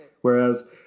Whereas